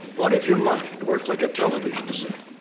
what if your mind worked like a television set?